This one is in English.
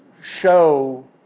show